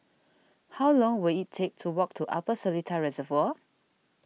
how long will it take to walk to Upper Seletar Reservoir